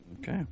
Okay